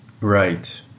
Right